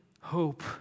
hope